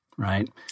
Right